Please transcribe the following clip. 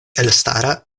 elstara